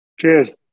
Cheers